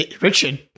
Richard